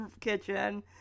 kitchen